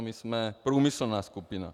My jsme průmyslová skupina.